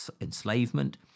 enslavement